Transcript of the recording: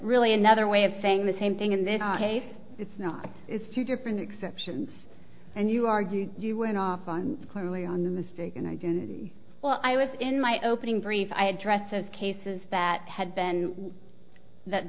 really another way of saying the same thing in this case it's not it's two different exceptions and you argue you went off on clearly on the mistaken identity well i was in my opening brief i had dressed as cases that had been that